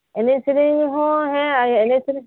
ᱮᱱᱮᱡ ᱥᱮᱨᱮᱧ ᱦᱚᱸ ᱦᱮᱸ ᱮᱱᱮᱡ ᱥᱮᱨᱮᱧ